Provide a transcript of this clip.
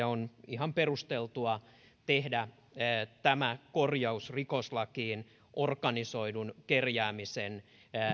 on ihan perusteltua tehdä tämä korjaus rikoslakiin organisoidun kerjäämisen